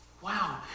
Wow